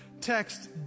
text